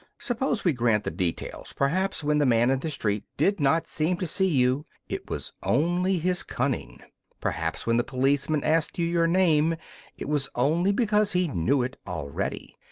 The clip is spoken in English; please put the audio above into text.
suppose we grant the details perhaps when the man in the street did not seem to see you it was only his cunning perhaps when the policeman asked you your name it was only because he knew it already.